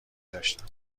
داشتم